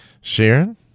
Sharon